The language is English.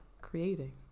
creating